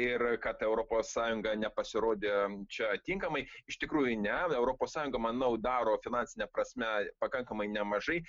ir kad europos sąjunga nepasirodė čia tinkamai iš tikrųjų ne europos sąjungą manau daro finansine prasme pakankamai nemažai